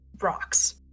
rocks